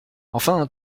enfin